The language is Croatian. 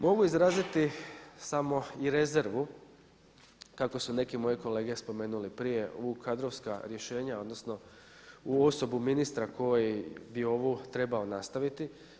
Mogu izraziti samo i rezervu kako su neki moje kolege spomenuli prije u kadrovska rješenja odnosno u osobu ministra koji bi ovo trebao nastaviti.